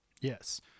Yes